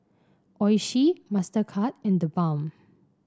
Oishi Mastercard and TheBalm